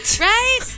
Right